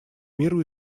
миру